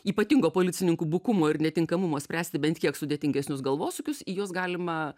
ypatingo policininkų bukumo ir netinkamumo spręsti bent kiek sudėtingesnius galvosūkius į juos galima